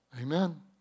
Amen